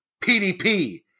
PDP